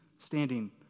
standing